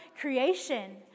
creation